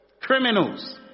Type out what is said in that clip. Criminals